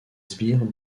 sbires